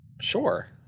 Sure